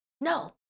No